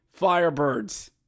Firebirds